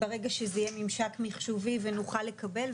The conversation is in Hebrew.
ברגע שזה יהיה ממשק מחשובי ונוכל לקבל,